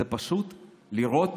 זה פשוט לירות